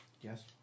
Yes